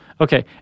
Okay